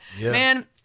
man